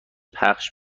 پخش